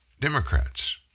Democrats